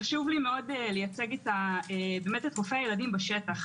חשוב לי לייצג את רופאי הילדים בשטח.